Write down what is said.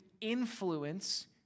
influence